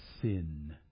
sin